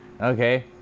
okay